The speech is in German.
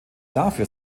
dafür